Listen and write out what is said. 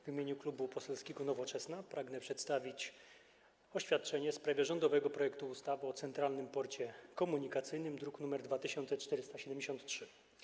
W imieniu Klubu Poselskiego Nowoczesna pragnę przedstawić oświadczenie w sprawie rządowego projektu ustawy o Centralnym Porcie Komunikacyjnym, druk nr 2473.